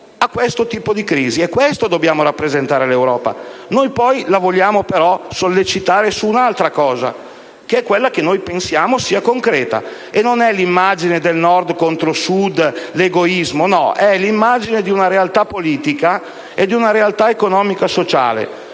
a questo tipo di crisi. Questo dobbiamo rappresentare all'Europa. Noi la vogliamo poi sollecitare su un'altra questione, che riteniamo sia quella concreta. È non è l'immagine del Nord contro il Sud e dell'egoismo, ma è l'immagine di una realtà politica e di una realtà economica e sociale.